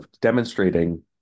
demonstrating